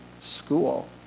school